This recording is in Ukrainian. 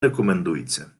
рекомендується